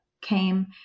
came